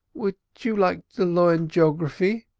would you like to learn g'ography?